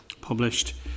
published